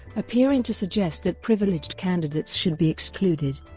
appearing to suggest that privileged candidates should be excluded.